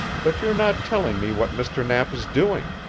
but you're not telling me what mr. knapp is doing.